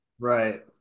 Right